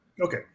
Okay